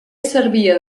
servia